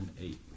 eight